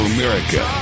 America